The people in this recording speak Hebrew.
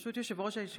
ברשות יושב-ראש הישיבה,